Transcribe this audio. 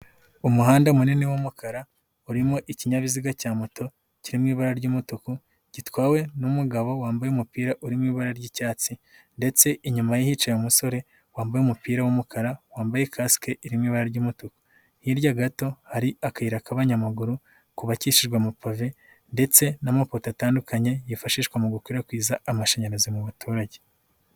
Umuhanda munini w'umukara urimo ikinyabiziga cya moto kiri mu ibara ry'umutuku gitwawe n'umugabo wambaye umupira uri mu ibara ry'icyatsi ndetse inyuma hicaye umusore wambaye umupira w'umukara wambaye kasike iri mu ibara ry'umutuku, hirya gato hari akayira k'abanyamaguru kubakikijwe amapave ndetse n'amapoto atandukanye yifashishwa mu gukwirakwiza amashanyarazi mu baturage.